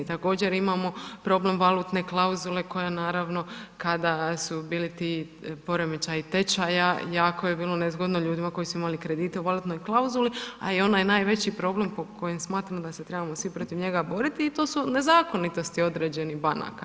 Također imamo problem valutne klauzule, koja naravno, kada su bili ti poremećaji tečaja, jako bilo nezgodno ljudima koji su imali kredite u valutnoj klauzuli, a i onaj najveći problem, po kojem smatramo da se trebamo svi protiv njega boriti, i to su nezakonitosti određenih banaka.